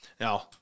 Now